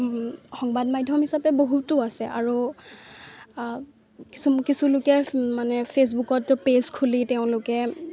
সংবাদ মাধ্যম হিচাপে বহুতো আছে আৰু কিছু কিছুুলোকে মানে ফে'চবুকত পেজ খুলি তেওঁলোকে